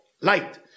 light